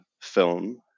film